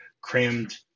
crammed